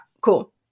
cool